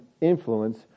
influence